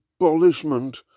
abolishment